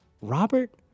Robert